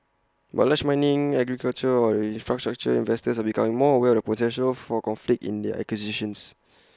but large mining agricultural or infrastructure investors are becoming more aware of the potential for conflict in their acquisitions